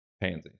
pansy